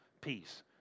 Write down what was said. peace